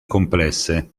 complesse